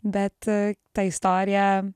bet a ta istorija